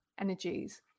energies